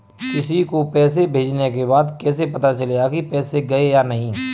किसी को पैसे भेजने के बाद कैसे पता चलेगा कि पैसे गए या नहीं?